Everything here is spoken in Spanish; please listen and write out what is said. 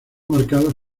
marcados